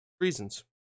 reasons